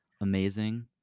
amazing